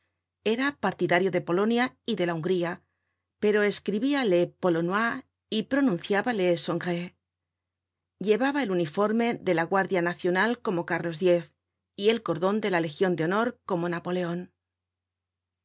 era partidario de polonia y de la hungría pero escribia les polonois y pronunciaba les hongrais llevaba el uniforme de la guardia nacional como carlos x y el cordon de la legion de honor como napoleon